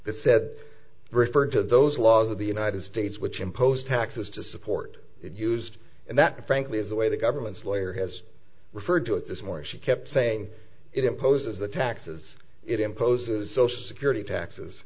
that said referred to those laws of the united states which imposed taxes to support it used and that frankly is the way the government's lawyer has referred to it this morning she kept saying it imposes the taxes it imposes social security taxes